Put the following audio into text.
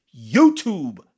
youtube